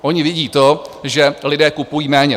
Oni vidí to, že lidé kupují méně.